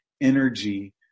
energy